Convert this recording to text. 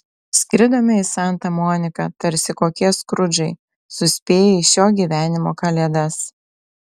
skridome į santa moniką tarsi kokie skrudžai suspėję į šio gyvenimo kalėdas